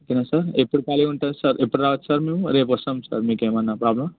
ఓకేనా సార్ ఎప్పుడు ఖాళీ ఉంటారు సార్ ఎప్పుడు రావచ్చు సార్ మేము రేపు వస్తాం సార్ మీకు ఏమన్న ప్రోబ్లమా